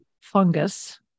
fungus